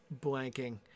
Blanking